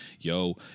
yo